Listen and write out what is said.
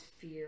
fear